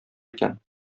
икән